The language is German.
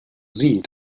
sie